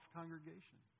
congregation